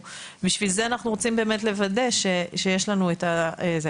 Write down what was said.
בשביל זה אנחנו רוצים לוודא שיש לנו את זה.